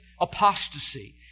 apostasy